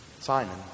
Simon